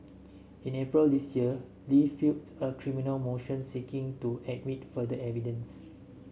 in April this year Li filed a criminal motion seeking to admit further evidence